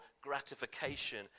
gratification